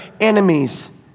enemies